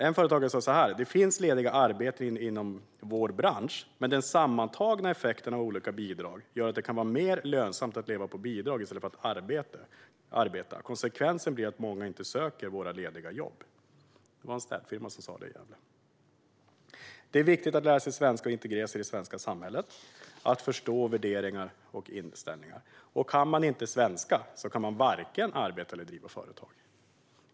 En företagare sa så här: Det finns lediga arbeten inom vår bransch, men den sammantagna effekten av olika bidrag gör att det kan vara mer lönsamt att leva på bidrag i stället för att arbeta. Konsekvensen blir att många inte söker våra lediga jobb. Det sa man från en städfirma. Det är viktigt att lära sig svenska och integreras i samhället, att förstå värderingar och inställningar. Kan man inte svenska kan man vare sig arbeta eller driva företag.